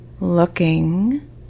looking